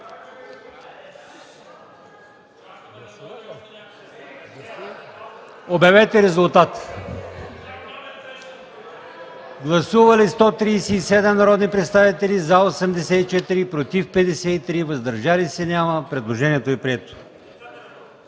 Прегласуване. Гласували 137 народни представители: за 84, против 53, въздържали се няма. Предложението е прието.